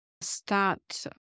start